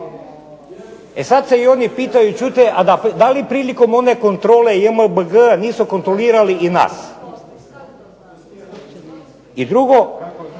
E sad se i oni pitaju čujte a da li prilikom one kontrole JMBG-a nisu kontrolirali i nas. I drugo,